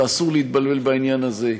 ואסור להתבלבל בעניין הזה,